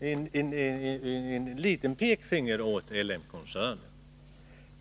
ett litet pekfinger åt L M-koncernen.